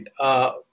right